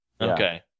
Okay